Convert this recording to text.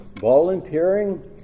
volunteering